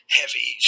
heavy